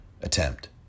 attempt